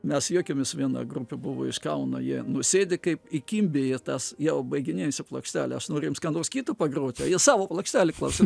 mes juokėmės viena grupė buvo iš kauno jie nu sėdi kaip įkimbę į tas jau baiginėjasi plokštelė aš noriu jiems ką nors kitą pagrot a jie savo plokštelę klauso